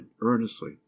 earnestly